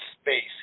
space